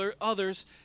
others